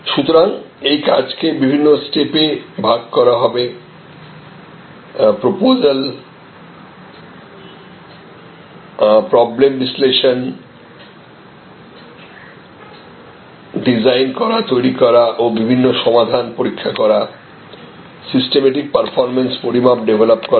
সুতরাং এই কাজকে বিভিন্ন স্টেপে ভাগ করা হবে প্রপোজাল প্রপোজাল প্রবলেম বিশ্লেষণ ডিজাইন করা তৈরি করা ও বিভিন্ন সমাধান পরীক্ষা করা সিস্টেমেটিক পারফরম্যান্স পরিমাপ ডেভেলপ করা